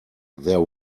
there